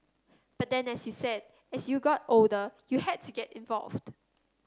but then as you said as you got older you had to get involved